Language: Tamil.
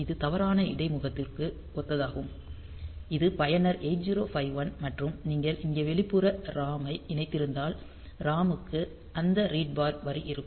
இது தவறான இடைமுகத்திற்கு ஒத்ததாகும் இது பயனர் 8051 மற்றும் நீங்கள் இங்கே வெளிப்புற ROM ஐ இணைத்திருந்தால் ROM க்கு அந்த ரீட் பார் வரி இருக்கும்